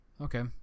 Okay